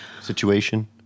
situation